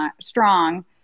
strong